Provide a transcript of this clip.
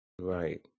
Right